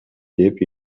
деп